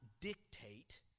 dictate